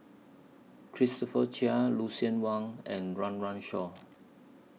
Christopher Chia Lucien Wang and Run Run Shaw